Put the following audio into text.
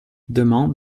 demande